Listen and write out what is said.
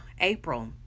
april